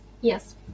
yes